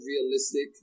realistic